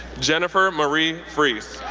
jennifer marie fries,